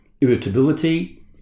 irritability